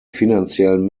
finanziellen